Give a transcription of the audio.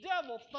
devil